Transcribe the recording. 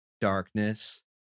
darkness